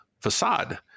facade